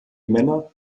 männer